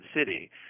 city